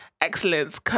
excellence